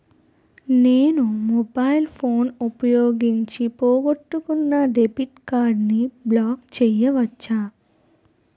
నేను mobile phone ఉపయోగించి పోగొట్టుకున్న డెబిట్ కార్డ్ని బ్లాక్ చేయవచ్చా?